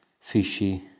fishy